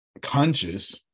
conscious